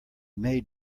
made